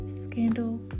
Scandal